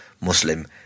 Muslim